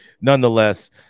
nonetheless